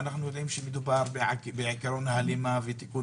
ואנחנו יודעים שמדובר בעיקרון ההלימה ותיקון